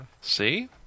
See